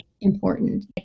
important